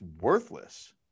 worthless